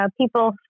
people